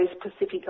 Pacific